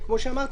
כמו שאמרתי,